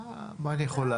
מה אני יכול לעשות?